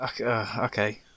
okay